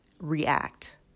react